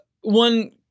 One